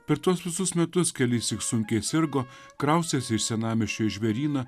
per tuos visus metus kelissyk sunkiai sirgo kraustėsi iš senamiesčio į žvėryną